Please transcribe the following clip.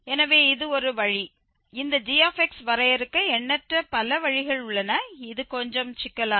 எனவே இது ஒரு வழி இந்த g வரையறுக்க எண்ணற்ற பல வழிகள் உள்ளன இது கொஞ்சம் சிக்கலானது